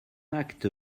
acte